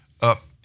up